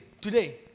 today